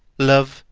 love,